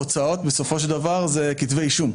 התוצאות בסופו של דבר זה כתבי אישום.